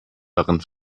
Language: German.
darin